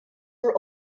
were